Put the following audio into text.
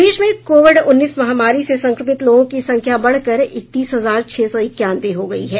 प्रदेश में कोविड उन्नीस महामारी से संक्रमित लोगों की संख्या बढ़कर इकतीस हजार छह सौ इक्यानवे हो गयी है